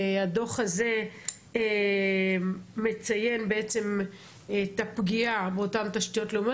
הדו"ח הזה מציין בעצם את הפגיעה באותן תשתיות לאומיות,